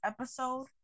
episode